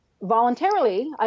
Voluntarily